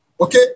Okay